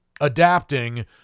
adapting